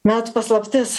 metų paslaptis